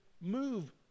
move